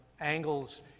angles